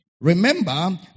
Remember